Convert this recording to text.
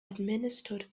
administered